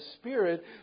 spirit